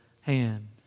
hand